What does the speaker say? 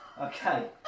Okay